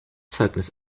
zeugnis